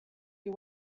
you